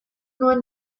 nuen